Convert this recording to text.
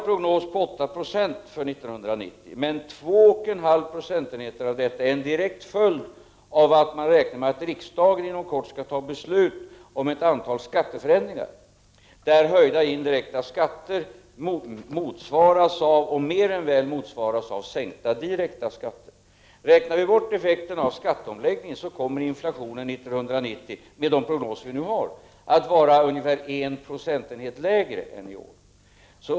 Prognosen för 1990 är 8 26, men 2,5 procentenheter av detta är en direkt följd av att man räknar med att riksdagen inom kort skall fatta beslut om ett antal skatteför — Prot. 1989/90:30 ändringar, som innebär att höjda indirekta skatter mer än väl motsvaras av 21 november 1989 sänkta direkta skatter. Om man räknar bort effekterna av skatteomläggs —— ningen kommer inflationen 1990, enligt de prognoser vi nu har, att vara ungefär 1 procentenhet lägre än i år.